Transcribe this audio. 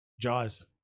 Jaws